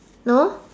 no